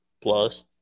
Plus